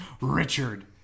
Richard